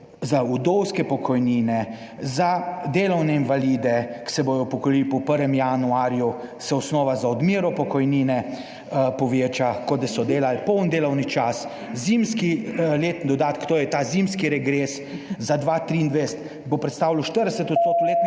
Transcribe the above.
za vdovske pokojnine, za delovne invalide, ki se bodo upokojili po 1. januarju, se osnova za odmero pokojnine poveča kot da so delali polni delovni čas. Zimski letni dodatek, to je ta zimski regres za 2023 bo predstavljal 40 % letnega,